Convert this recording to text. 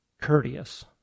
courteous